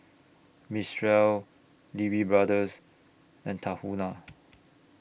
Mistral Lee Wee Brothers and Tahuna